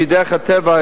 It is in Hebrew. על-פי דרך הטבע,